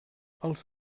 els